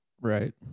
Right